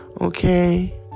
Okay